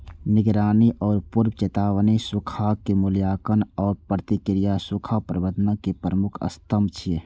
निगरानी आ पूर्व चेतावनी, सूखाक मूल्यांकन आ प्रतिक्रिया सूखा प्रबंधनक प्रमुख स्तंभ छियै